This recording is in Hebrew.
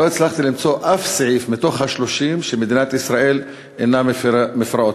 לא הצלחתי למצוא אף סעיף מתוך ה-30 שמדינת ישראל אינה מפרה,